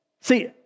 See